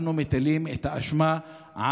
אנחנו מטילים את האשמה על